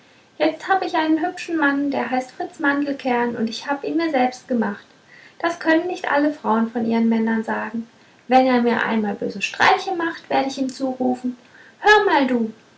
jetzt hab ich einen hübschen mann der heißt fritz mandelkern und ich hab ihn mir selbst gemacht das können nicht alle frauen von ihren männern sagen wenn er mir einmal böse streiche macht werde ich ihm zurufen hör mal du